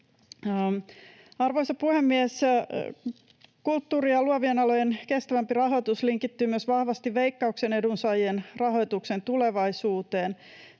Arvoisa puhemies! Kulttuurin ja luovien alojen kestävämpi rahoitus linkittyy myös vahvasti Veikkauksen edunsaajien rahoituksen tulevaisuuteen.